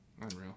Unreal